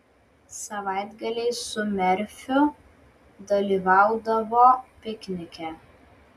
savaitgaliais su merfiu dalyvaudavo piknike